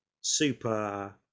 super